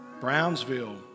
Brownsville